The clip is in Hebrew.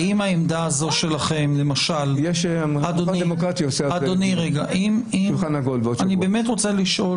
האם העמדה הזאת שלכם ------ אני באמת רוצה לשאול,